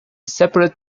separate